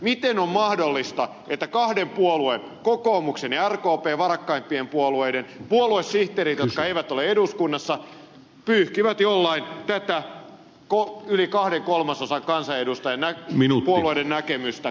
miten on mahdollista että kahden puolueen kokoomuksen ja rkpn varakkaimpien puolueiden puoluesihteerit jotka eivät ole eduskunnassa pyyhkivät jollain tätä yli kahden kolmasosan kansanedustajien puolueiden näkemystä kampanjakatosta